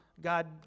God